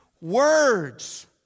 words